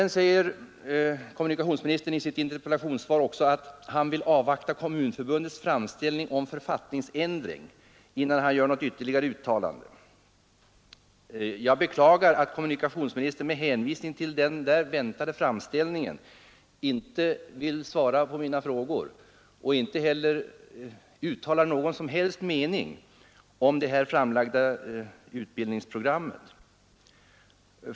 I sitt interpellationssvar säger kommunikationsministern att han vill avvakta Kommunförbundets framställning om författningsändring innan han gör något ytterligare uttalande. Jag beklagar att kommunikationsministern med hänvisning till den väntade framställningen inte vill svara på mina frågor och inte heller uttala någon som helst mening om utbildningsprogrammet.